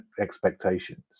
expectations